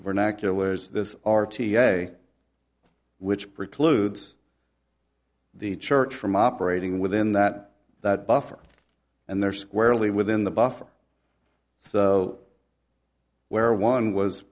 vernaculars this r t a which precludes the church from operating within that that buffer and there squarely within the buffer so where one was